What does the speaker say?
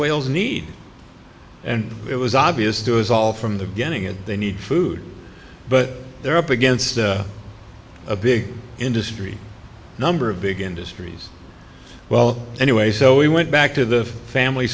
whales need and it was obvious from the beginning it they need food but they're up against a big industry number of big industries well anyway so we went back to the family